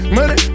Money